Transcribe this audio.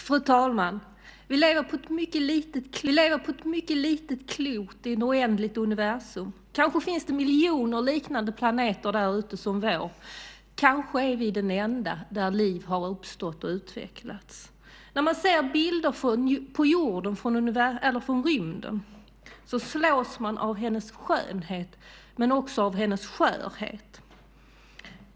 Fru talman! Vi lever på ett mycket litet klot i ett oändligt universum. Kanske finns det miljoner liknande planeter som vår därute. Kanske är vi den enda där liv har uppstått och utvecklats. När man ser bilder på jorden från rymden slås man av hennes skönhet men också av hennes skörhet.